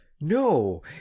no